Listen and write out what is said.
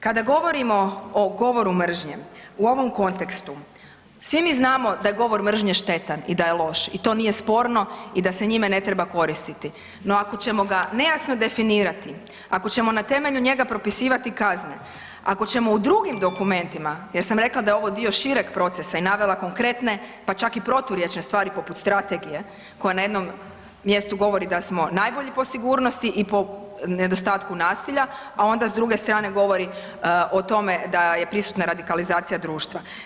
Kada govorimo o govoru mržnje u ovom kontekstu svi mi znamo da je govor mržnje štetan i da je loš i to nije sporno i da se njime ne treba koristiti, no ako ćemo ga nejasno definirati, ako ćemo na temelju njega propisivati kazne, ako ćemo u drugim dokumentima, jer sam rekla da je ovo dio šireg procesa i navela konkretne pa čak i proturječne stvari poput strategije koja ne jednom mjestu govori da smo najbolji po sigurnosti i po nedostatku nasilja, a onda s druge strane govori o tome da je prisutna radikalizacija društva.